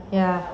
ya